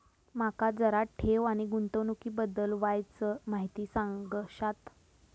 माका जरा ठेव आणि गुंतवणूकी बद्दल वायचं माहिती सांगशात?